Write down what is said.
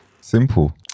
Simple